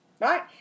right